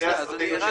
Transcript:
שתי אסטרטגיות,